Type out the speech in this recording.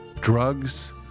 drugs